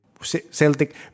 Celtic